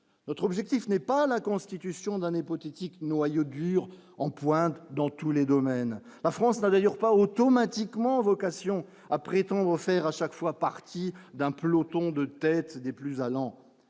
notre objectif n'est pas la constitution d'un hypothétique noyau dur en pointe dans tous les domaines, la France travailleurs pas automatiquement vocation à prétendre faire à chaque fois, partie d'un peloton de tête des plus allant,